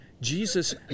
Jesus